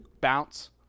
bounce